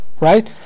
Right